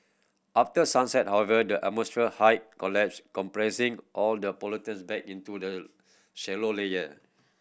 after sunset however the atmosphere height collapse compressing all the pollutant back into the shallow layer